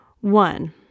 One